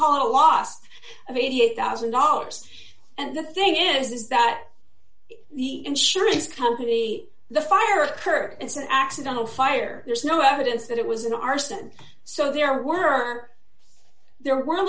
call it a loss of eighty eight thousand dollars and the thing is that the insurance company the fire occurred it's an accidental fire there's no evidence that it was an arson so there were there were